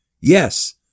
Yes